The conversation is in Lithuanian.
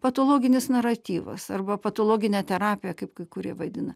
patologinis naratyvas arba patologinė terapija kaip kai kurie vadina